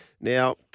Now